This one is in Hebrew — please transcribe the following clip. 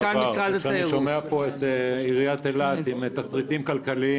כשאני שומע פה את עיריית אילת עם תסריטים כלכליים